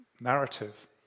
narrative